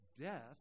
death